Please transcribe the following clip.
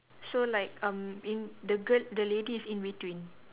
so like um in the girl the lady is in between